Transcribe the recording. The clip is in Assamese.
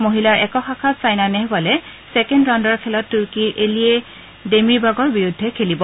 মহিলাৰ একক শাখাত ছাইনা নেহ'ৱালে ছেকেণ্ড ৰাউণ্ডৰ খেলত তুৰ্কীৰ এলিয়ে ডেমিৰবাগৰ বিৰুদ্ধে খেলিব